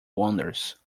wonders